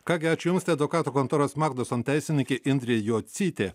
ką gi aš jums tai advokatų kontoros magnuson teisininkė indrė jocytė